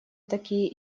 такие